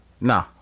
Nah